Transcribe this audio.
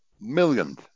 millions